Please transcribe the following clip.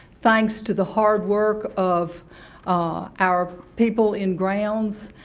thanks to the hard work of our people in grounds,